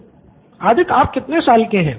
student 1 Aditya आप कितने साल के हैं